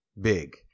big